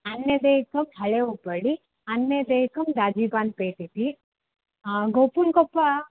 अन्यदेकं हळे उप्पडि अन्यदेकं रााजीबान् पेटिति गोपुल्कोप्पा